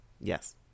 Yes